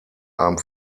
einem